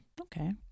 Okay